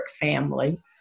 family